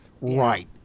Right